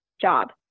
job